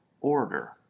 order